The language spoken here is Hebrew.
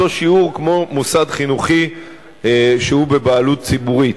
באותו שיעור כמו מוסד חינוכי שהוא בבעלות ציבורית.